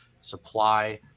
supply